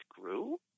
grew